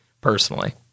personally